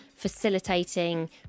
facilitating